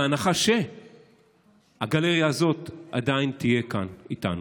בהנחה שהגלריה הזאת עדיין תהיה כאן איתנו.